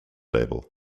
label